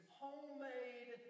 homemade